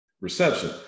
reception